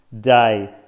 day